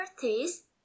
teeth